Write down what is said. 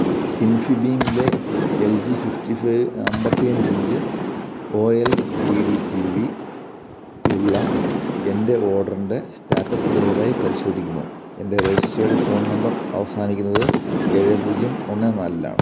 ഇൻഫി beam ലെ L G fifty five അമ്പത്തിയഞ്ച് inch O L E D T V യുള്ള എൻ്റെ ഓർഡറിൻ്റെ സ്റ്റാറ്റസ് ദയവായി പരിശോധിക്കുമോ എൻ്റെ രജിസ്റ്റേർഡ് ഫോൺ നമ്പർ അവസാനിക്കുന്നത് ഏഴ് പൂജ്യം ഒന്ന് നാലിലാണ്